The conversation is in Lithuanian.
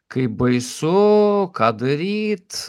kaip baisu ką daryt